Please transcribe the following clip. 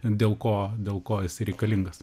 dėl ko dėl ko jisai reikalingas